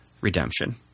redemption